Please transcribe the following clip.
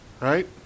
right